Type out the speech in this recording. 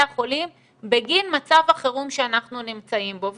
החולים בגין מצב החירום שאנחנו נמצאים בו.